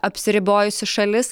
apsiribojusi šalis